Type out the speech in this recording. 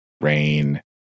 rain